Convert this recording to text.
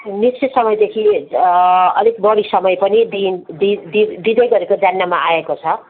निश्चित समयदेखि अलिक बढी समय पनि दिँदै गरेको जान्नमा आएको छ